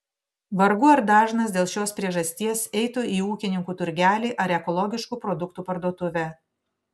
vargu ar dažnas dėl šios priežasties eitų į ūkininkų turgelį ar ekologiškų produktų parduotuvę